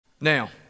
Now